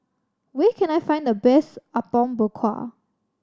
where can I find the best Apom Berkuah